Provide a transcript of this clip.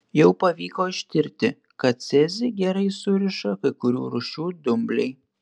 jau pavyko ištirti kad cezį gerai suriša kai kurių rūšių dumbliai